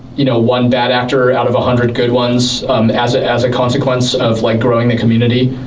you know one bad actor out of a hundred good ones as ah as a consequence of, like, growing the community.